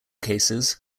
cases